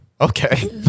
Okay